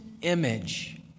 image